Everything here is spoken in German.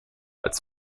als